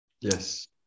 Yes